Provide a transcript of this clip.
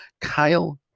Kyle